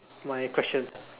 my question